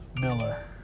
Miller